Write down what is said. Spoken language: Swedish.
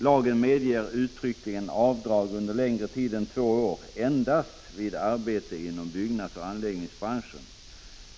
Lagen medger uttryckligen avdrag under längre tid än två år endast vid arbete inom byggnadsoch anläggningsbranschen.